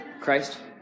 Christ